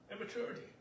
immaturity